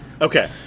Okay